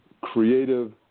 creative